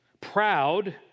proud